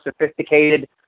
sophisticated